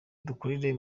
dukorere